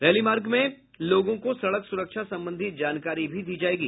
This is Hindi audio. रैली मार्ग में लोगों को सड़क सुरक्षा संबंधी जानकारी भी दी जाएगी